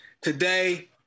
Today